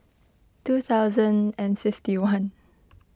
two thousand and fifty one